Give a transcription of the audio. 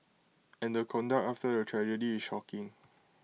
and the conduct after the tragedy is shocking